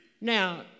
Now